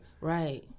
Right